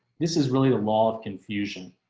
this is really the law of confusion.